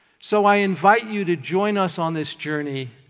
so i invite you to join us on this journey,